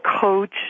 coach